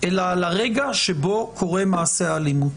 אלא על הרגע שבו קורא מעשה האלימות,